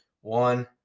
One